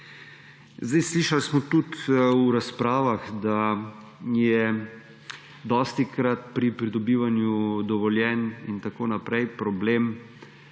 Slišali smo tudi v razpravah, da so dostikrat pri pridobivanju dovoljenj in tako naprej problem